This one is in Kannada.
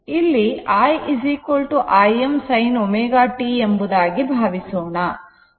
ಇಲ್ಲಿ i Im sin ω t ಎಂಬುದಾಗಿ ಭಾವಿಸೋಣ